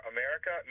America